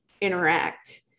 interact